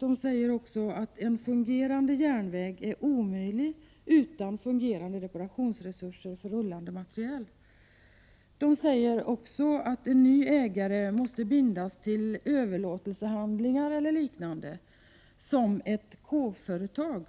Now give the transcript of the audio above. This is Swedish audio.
Man säger att en fungerande järnväg är omöjlig utan fungerande reparationsresurser för rullande materiel och menar vidare att de nya ägarna måste bindas till överlåtelsehandlingar eller liknande som ett k-företag,